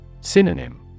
Synonym